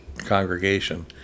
Congregation